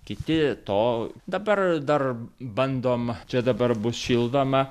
kiti to dabar dar bandom čia dabar bus šildoma